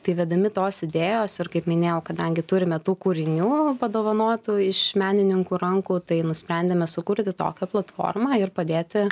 tai vedami tos idėjos ir kaip minėjau kadangi turime tų kūrinių padovanotų iš menininkų rankų tai nusprendėme sukurti tokią platformą ir padėti